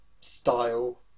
style